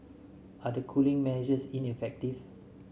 are the cooling measures ineffective